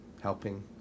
helping